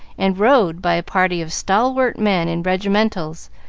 and rowed by a party of stalwart men in regimentals,